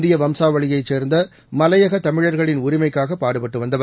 இந்திய வம்சாவளியை சேர்ந்த மலையக தமிழர்களின் உரிமைக்காக பாடுபட்டு வந்தவர்